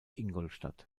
ingolstadt